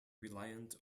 reliant